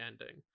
ending